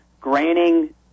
granting